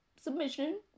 submission